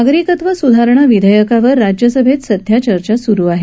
नागरिकत्व सुधारणा विधेयकावर राज्यसभेत सध्या चर्चा सुरू आहे